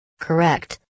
Correct